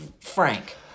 frank